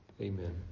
Amen